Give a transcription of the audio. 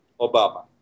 Obama